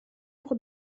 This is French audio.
pour